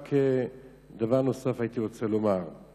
הייתי רוצה לומר דבר נוסף.